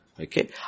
okay